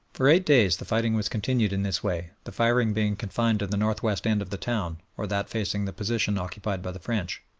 for eight days the fighting was continued in this way, the firing being confined to the north-west end of the town, or that facing the position occupied by the french.